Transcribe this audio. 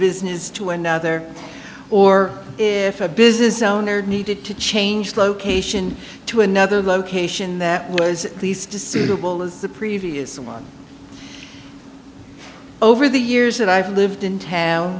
business to another or if a business owner needed to change location to another location that was pleased to see the bowl as the previous one over the years that i've lived in town